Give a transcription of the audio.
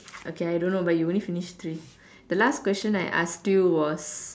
okay I don't know but you only finish three the last question I asked you was